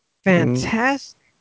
Fantastic